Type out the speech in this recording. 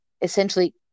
essentially